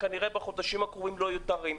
וכנראה בחודשים הקרובים זה יימשך כך.